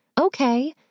okay